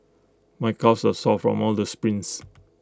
my calves are sore from all the sprints